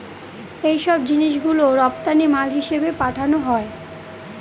এইসব জিনিস গুলো রপ্তানি মাল হিসেবে পাঠানো হয়